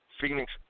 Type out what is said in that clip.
Phoenix